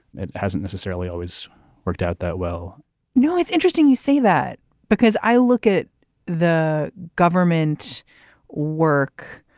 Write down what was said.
it hasn't necessarily always worked out that well no, it's interesting you say that because i look at the government work.